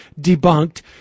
debunked